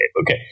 Okay